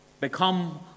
become